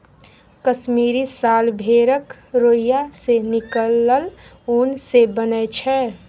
कश्मीरी साल भेड़क रोइयाँ सँ निकलल उन सँ बनय छै